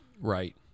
Right